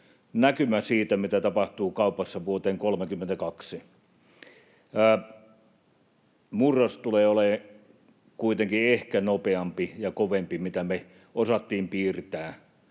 näkymä siitä, mitä tapahtuu kaupassa vuoteen 32. Murros tulee olemaan kuitenkin ehkä nopeampi ja kovempi kuin me osattiin piirtää